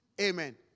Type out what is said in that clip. Amen